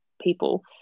people